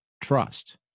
trust